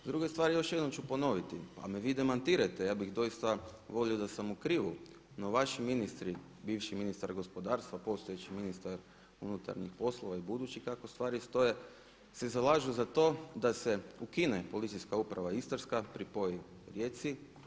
Druga stvar još jednom ću ponoviti pa me vi demantirajte, ja bih doista volio da sam u krivu, no vaši ministri, bivši ministar gospodarstva, postojeći ministar unutarnjih poslova i budući kako stvari stoje, se zalažu za to da se ukine Policijska uprava Istarska, pripoji Rijeci.